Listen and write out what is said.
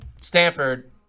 Stanford